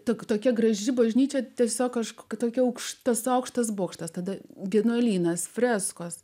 tik tokia graži bažnyčia tiesiog kažkokia aukštas aukštas bokštas tada vienuolynas freskos